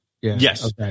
Yes